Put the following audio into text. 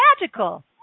magical